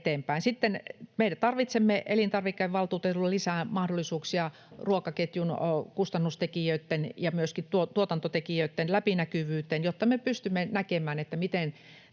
eteenpäin. Sitten me tarvitsemme elintarvikevaltuutetulle lisää mahdollisuuksia ruokaketjun kustannustekijöitten ja myöskin tuotantotekijöitten läpinäkyvyyteen, jotta me pystymme näkemään, miten